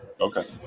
Okay